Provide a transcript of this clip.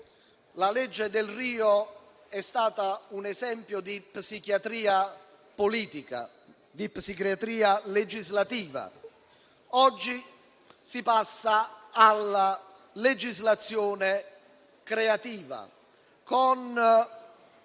la legge Delrio è stata un esempio di psichiatria politica e di psichiatria legislativa. Oggi si passa alla legislazione creativa: